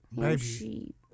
baby